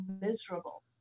miserable